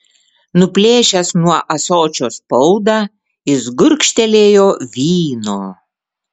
nuplėšęs nuo ąsočio spaudą jis gurkštelėjo vyno